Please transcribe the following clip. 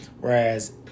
Whereas